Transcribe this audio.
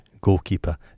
Goalkeeper